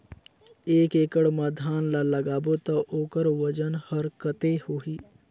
एक एकड़ मा धान ला लगाबो ता ओकर वजन हर कते होही?